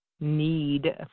need